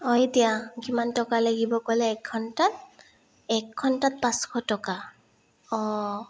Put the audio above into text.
অঁ এতিয়া কিমান টকা লাগিব ক'লে এক ঘণ্টাত এক ঘণ্টাত পাঁচশ টকা অঁ